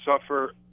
suffer